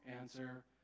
answer